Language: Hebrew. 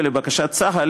ולבקשת צה"ל,